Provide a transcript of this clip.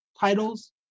titles